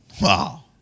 Wow